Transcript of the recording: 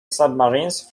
submarines